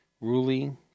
ruling